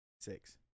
Six